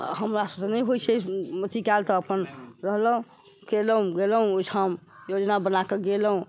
हमरा सबसे त नहि होई छै अथी कयल तऽ अपन रहलहुॅं केलहुॅं गेलहुॅं ओहिठाम योजना बनाके गेलहुॅं